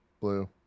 Blue